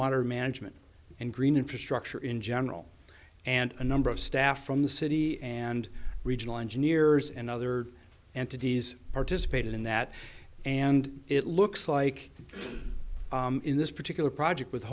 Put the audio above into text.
water management and green infrastructure in general and a number of staff from the city and regional engineers and other entities participated in that and it looks like in this particular project with